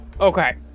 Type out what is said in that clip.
Okay